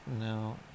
no